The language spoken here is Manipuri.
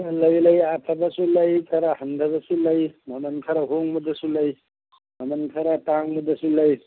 ꯂꯩ ꯂꯩ ꯑꯐꯕꯁꯨ ꯂꯩ ꯈꯔ ꯍꯟꯊꯕꯁꯨ ꯂꯩ ꯃꯃꯜ ꯈꯔ ꯍꯣꯡꯕꯗꯁꯨ ꯂꯩ ꯃꯃꯜ ꯈꯔ ꯇꯥꯡꯕꯗꯁꯨ ꯂꯩ